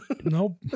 Nope